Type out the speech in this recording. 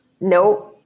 Nope